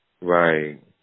Right